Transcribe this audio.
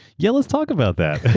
yeah. let's talk about that.